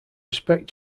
respect